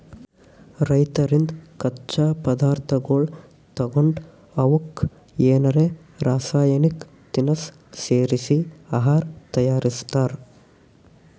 ರೈತರಿಂದ್ ಕಚ್ಚಾ ಪದಾರ್ಥಗೊಳ್ ತಗೊಂಡ್ ಅವಕ್ಕ್ ಏನರೆ ರಾಸಾಯನಿಕ್ ತಿನಸ್ ಸೇರಿಸಿ ಆಹಾರ್ ತಯಾರಿಸ್ತಾರ್